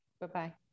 Bye-bye